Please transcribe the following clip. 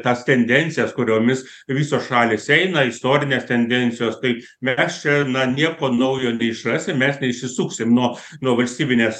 tas tendencijas kuriomis visos šalys eina istorinės tendencijos kaip mes čia na nieko naujo neišrasim mes neišsisuksim nuo nuo valstybinės